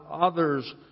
others